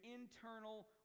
internal